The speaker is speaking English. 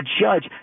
judge